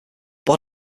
body